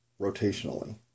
rotationally